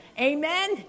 Amen